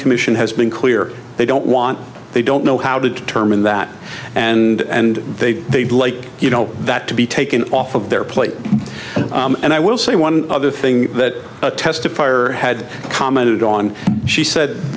commission has been clear they don't want they don't know how to determine that and they they'd like you know that to be taken off of their plate and i will say one other thing that testifier had commented on she said